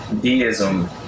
deism